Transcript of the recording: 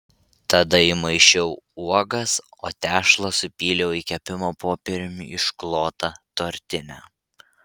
tada įmaišiau uogas o tešlą supyliau į kepimo popieriumi išklotą tortinę